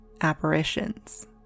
apparitions